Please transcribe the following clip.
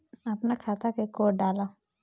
अपना खाता के कोड डाला